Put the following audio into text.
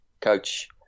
coach